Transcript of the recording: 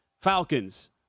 Falcons